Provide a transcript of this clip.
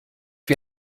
wie